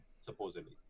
supposedly